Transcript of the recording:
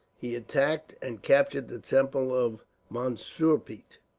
he attacked and captured the temple of mansurpet,